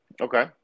Okay